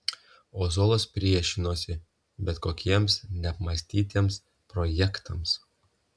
ozolas priešinosi bet kokiems neapmąstytiems projektams